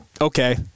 okay